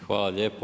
Hvala lijepo.